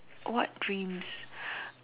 what dreams